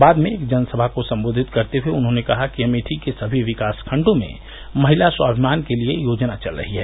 बाद में एक जनसभा को संबोधित करते हुए उन्होंने कहा कि अमेठी के सभी विकासखंडों में महिला स्वामिमान के लिए योजना चल रही है